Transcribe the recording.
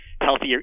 healthier